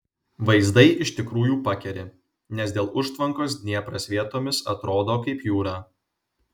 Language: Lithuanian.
vaizdai iš tikrųjų pakeri nes dėl užtvankos dniepras vietomis atrodo kaip jūra